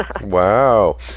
Wow